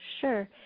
Sure